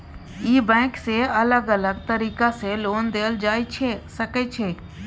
ई bank सँ अलग अलग तरीका सँ लोन देल जाए सकै छै